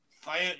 fire